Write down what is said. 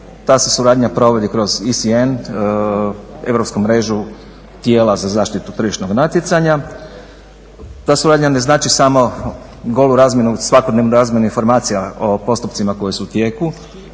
se suradnja provodi kroz ISN, europsku mrežu tijela za zaštitu tržišnog natjecanja. Ta suradnja ne znači samo golu razmjenu, svakodnevnu razmjenu, svakodnevnu razmjenu informacija o postupcima koji su u tijeku